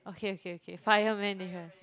okay okay okay fireman they have